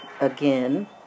again